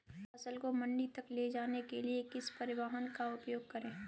फसल को मंडी तक ले जाने के लिए किस परिवहन का उपयोग करें?